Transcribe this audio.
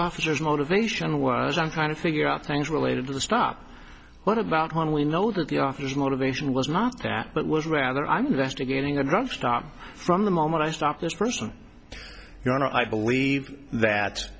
officer's motivation was i'm trying to figure out things related to stop what about when we know that the officer motivation was not that but was rather i'm investigating enron stock from the moment i stopped this person your honor i believe that